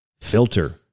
filter